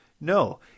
No